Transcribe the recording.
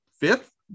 fifth